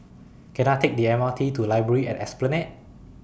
Can I Take The M R T to Library At Esplanade